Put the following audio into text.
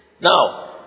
Now